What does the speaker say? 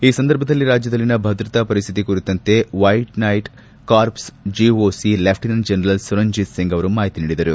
ಈ ಸಂದರ್ಭದಲ್ಲಿ ರಾಜ್ಯದಲ್ಲಿನ ಭದ್ರತಾ ಪರಿಸ್ಥಿತಿ ಕುರಿತಂತೆ ವೈಟ್ನೈಟ್ ಕಾರ್ಪ್ಗೆನ GOC lieutenant general Saranjeet Singh ಅವರು ಮಾಹಿತಿ ನೀಡಿದರು